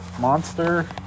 Monster